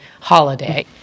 holiday